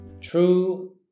true